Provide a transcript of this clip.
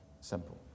simple